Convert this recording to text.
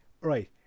right